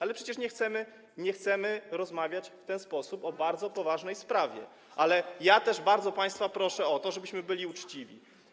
Ale przecież nie chcemy rozmawiać w ten sposób o bardzo poważnej sprawie, ale bardzo państwa proszę o to, żebyśmy byli uczciwi.